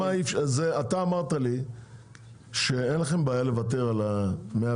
אתה אמרת לי שאין לכם בעיה לוותר על מאה